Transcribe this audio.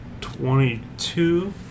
Twenty-two